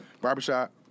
barbershop